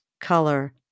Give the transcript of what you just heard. color